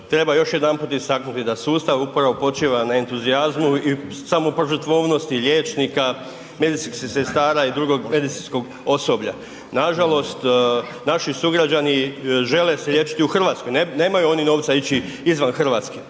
Treba još jedanput istaknuti da sustav upravo počiva na entuzijazmu i samoj požrtvovnosti liječnika, medicinskih sestara i drugog medicinskog osoblja. Nažalost, naši sugrađani žele se liječiti u Hrvatskoj, nemaju oni novca ići izvan Hrvatske